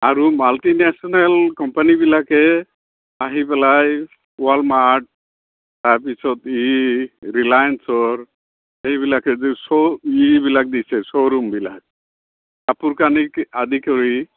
আৰু মাল্টিনেশ্বনেল কোম্পানীবিলাকে আহি পেলাই ৱালমাৰ্ট তাৰপিছত এই ৰিলায়েন্সৰ এইবিলাকে যে চ' এইবিলাক দিছে চ' ৰূমবিলাক কাপোৰ কানিকে আদি কৰি